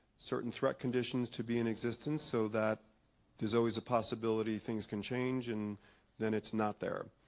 certain threat conditions to be in existence so that there's always a possibility things can change and then it's not there